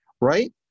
right